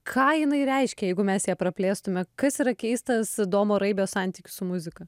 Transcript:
ką jinai reiškia jeigu mes ją praplėstume kas yra keistas domo raibio santykis su muzika